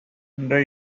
under